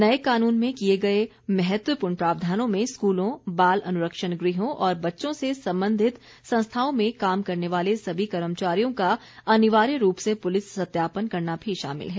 नये कानून में किये गये महत्वपूर्ण प्रावधानों में स्कूलों बाल अनुरक्षण गृहों और बच्चों से संबंधित संस्थाओं में काम करने वाले सभी कर्मचारियों का अनिवार्य रूप से पुलिस सत्यापन करना भी शामिल है